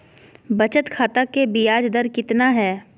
बचत खाता के बियाज दर कितना है?